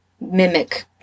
mimic